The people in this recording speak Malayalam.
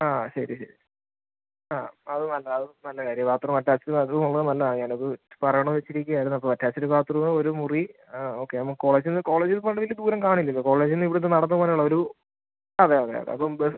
ആ ശരി ശരി ആ അത് നല്ല അത് നല്ല കാര്യവാണ് ബാത് റൂം അറ്റാച്ഡ് ബാത് റൂമുള്ളത് നല്ലതാണ് ഞാനത് പറയണോ വെച്ചിരിക്കായിരുന്നപ്പോൾ അറ്റാച്ച്ഡ് ബാത്ത് റൂം ഒരു മുറി ഓക്കെ അപ്പോൾ കോളേജുന്ന് കോളേജിൽ പോകേണ്ട വലിയ ദൂരം കാണില്ലല്ലോ കോളേജിന്നിവിടുന്ന് നടന്ന് പോവാനുള്ളൊരു അതെ അതെ അതെ അപ്പം ബസ്